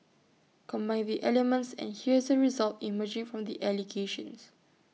combine the elements and here's the result emerging from the allegations